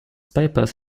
papers